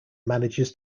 manages